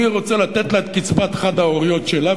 אני רוצה לתת לה את קצבת החד-הוריות שלה.